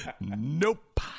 Nope